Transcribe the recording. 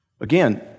Again